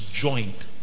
joint